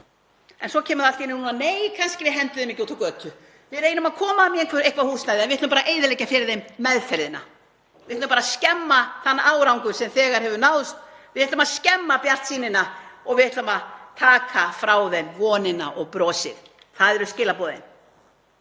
En svo kemur allt í einu núna: Nei, kannski við hendum þeim ekki út á götu, við reynum að koma þeim í eitthvert húsnæði en við ætlum bara að eyðileggja fyrir þeim meðferðina. Við ætlum bara að skemma þann árangur sem þegar hefur náðst. Við ætlum að skemma bjartsýnina og við ætlum að taka frá þeim vonina og brosið. Það eru skilaboðin.